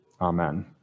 Amen